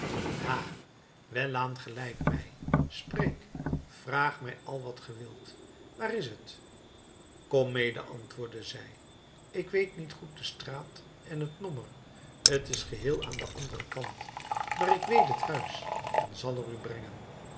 ha welaan geleid mij spreek vraag mij al wat ge wilt waar is het kom mede antwoordde zij ik weet niet goed de straat en het nommer t is geheel aan den anderen kant maar ik weet het huis en zal er u brengen